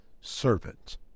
servant